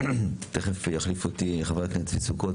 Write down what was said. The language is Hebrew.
תכף יחליף אותי חבר הכנסת צבי סוכות,